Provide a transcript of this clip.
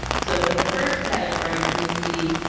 so in the first category we see